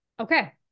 Okay